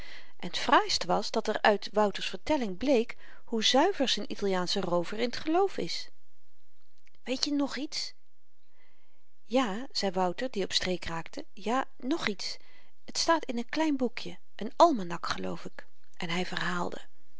t fraaist was dat er uit wouter's vertelling bleek hoe zuiver zoo'n italiaansche roover in t geloof is weet je niet nog iets ja zei wouter die op streek raakte ja nog iets t staat in een klein boekje een almanak geloof ik en hy verhaalde